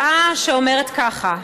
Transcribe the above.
הודעה שאומרת כך: